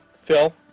Phil